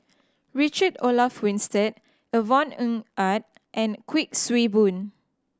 Richard Olaf Winstedt Yvonne Ng Uhde and Kuik Swee Boon